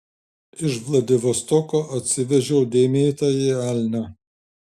iš vladivostoko atsivežiau dėmėtąjį elnią